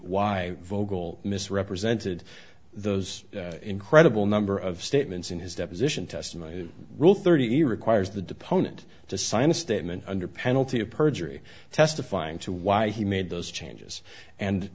why vogel misrepresented those incredible number of statements in his deposition testimony rule thirty requires the deponent to sign a statement under penalty of perjury testifying to why he made those changes and